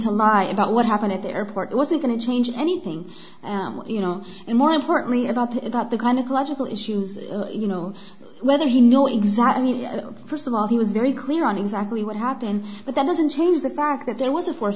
to lie about what happened at the airport wasn't going to change anything you know and more importantly about the about the kind of logical issues you know whether he know exactly first of all he was very clear on exactly what happened but that doesn't change the fact that there was a force